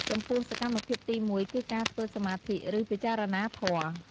ចំពោះ សកម្មភាពទីមួយគឺការធ្វើសមាធិ ឬ ពិចារណាធម៌។